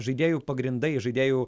žaidėjų pagrindai žaidėjų